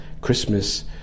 Christmas